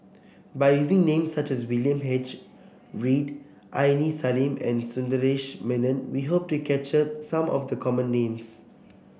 by using names such as William H Read Aini Salim and Sundaresh Menon we hope to capture some of the common names